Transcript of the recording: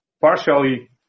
partially